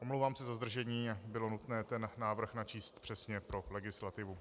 Omlouvám se za zdržení, ale bylo nutné ten návrh načíst přesně pro legislativu.